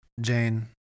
Jane